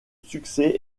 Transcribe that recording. succès